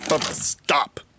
Stop